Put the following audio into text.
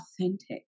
authentic